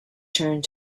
turned